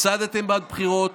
הפסדתם בבחירות,